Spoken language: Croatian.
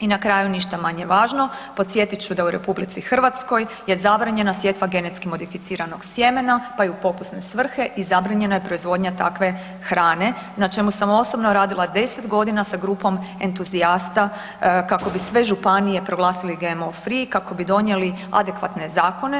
I na kraju ništa manje važno, podsjetit ću da u RH je zabranjena sjetva genetski modificiranog sjemena, pa i u pokusne svrhe i zabranjena je proizvodnja takve hrane na čemu sam osobno radila 10.g. sa grupom entuzijasta kako bi sve županije proglasile GMO free i kako bi donijeli adekvatne zakone.